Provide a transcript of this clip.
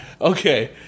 Okay